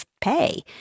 pay